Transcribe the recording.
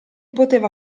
poteva